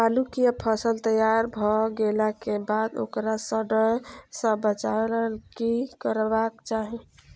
आलू केय फसल तैयार भ गेला के बाद ओकरा सड़य सं बचावय लेल की करबाक चाहि?